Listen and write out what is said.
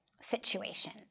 situation